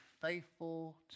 faithful